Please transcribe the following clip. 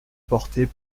portée